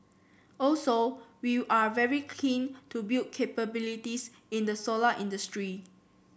also we are very keen to build capabilities in the solar industry